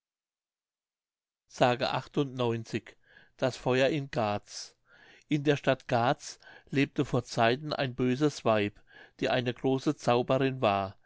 s das feuer in garz in der stadt garz lebte vor zeiten ein böses weib die eine große zauberin war